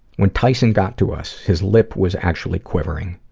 when tyson got to us, his lip was actually quivering.